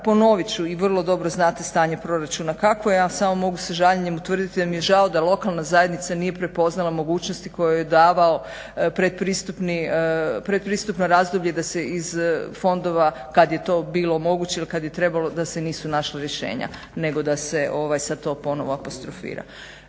ponoviti ću i vrlo dobro znate stanje proračuna kakvo je, ja vam samo mogu sa žaljenjem utvrditi da mi je žao da lokalna zajednica nije prepoznala mogućnosti koje joj je davao pretpristupno razdoblje da se iz fondova kada je to bilo moguće ili kada je trebalo da se nisu našla rješenja nego da se sada to ponovo apostrofira.